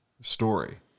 story